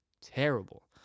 terrible